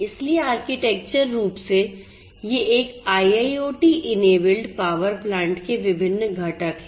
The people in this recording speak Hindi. इसलिए आर्किटेक्चर रूप से ये एक IIoT इनेबल्ड पावर प्लांट के विभिन्न घटक हैं